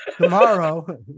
tomorrow